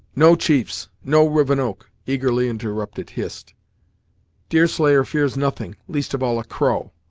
no, chiefs no, rivenoak eagerly interrupted hist deerslayer fears nothing least of all a crow!